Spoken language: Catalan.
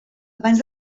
abans